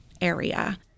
area